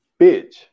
bitch